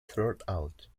throughout